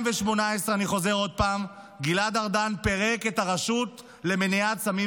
אני חוזר עוד פעם: ב-2018 גלעד ארדן פירק את הרשות למלחמה בסמים